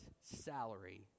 salary